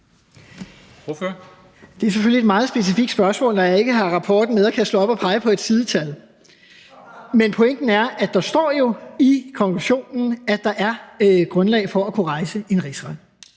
Det er selvfølgelig et meget specifikt spørgsmål, når jeg ikke har rapporten med og ikke kan slå op og pege på et sidetal. Men pointen er jo, at der står i konklusionen, at der er grundlag for at kunne rejse en rigsretssag.